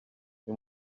you